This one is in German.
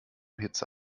hitze